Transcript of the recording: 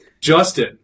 Justin